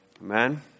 Amen